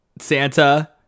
Santa